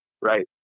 right